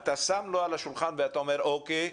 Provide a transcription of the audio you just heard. אתה שם לו על השולחן ואומר, אוקיי,